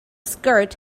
skirt